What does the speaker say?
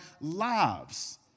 lives